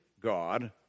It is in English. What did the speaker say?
God